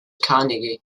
carnegie